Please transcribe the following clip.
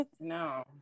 No